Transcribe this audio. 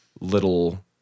little